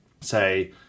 say